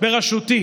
בראשותי